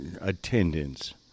attendance